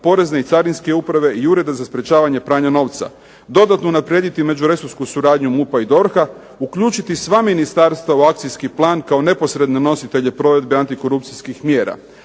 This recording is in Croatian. Porezne i Carinske uprave i Ureda za sprečavanje pranja novca, dodatno unaprijediti međuresorsku suradnju MUP-a i DORH-a, uključiti sva ministarstva u akcijski plan kao neposredne nositelje provedbe antikorupcijskih mjera,